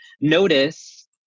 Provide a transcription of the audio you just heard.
Notice